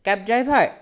cab driver